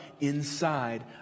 inside